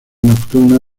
nocturna